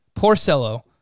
Porcello